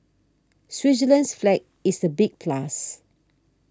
Switzerland's flag is a big plus